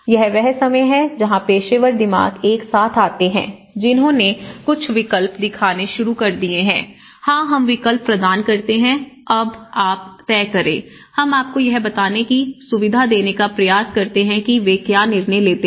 यह वह समय है जहां पेशेवर दिमाग एक साथ आते हैं उन्होंने कुछ विकल्प दिखाने शुरू कर दिए हैं हां हम विकल्प प्रदान करते हैं अब आप तय करें हम आपको यह बताने की सुविधा देने का प्रयास करते हैं कि वे क्या निर्णय लेते हैं